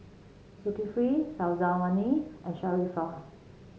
Zulkifli Syazwani and Sharifah